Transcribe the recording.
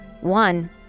one